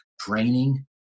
training